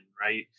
right